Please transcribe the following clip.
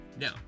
No